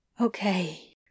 Okay